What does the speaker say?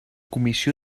comissió